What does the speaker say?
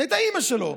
אם זו הייתה אימא שלו,